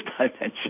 dimension